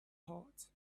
heart